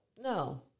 No